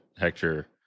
Hector